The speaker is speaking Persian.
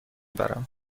برم